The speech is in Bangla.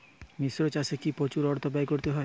মিশ্র চাষে কি প্রচুর অর্থ ব্যয় করতে হয়?